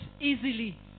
easily